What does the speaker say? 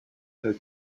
her